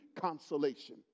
consolation